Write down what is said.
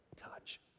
touch